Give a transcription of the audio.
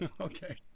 Okay